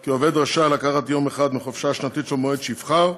כי עובד רשאי לקחת יום אחד מהחופשה השנתית שלו במועד שיבחר,